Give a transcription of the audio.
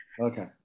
okay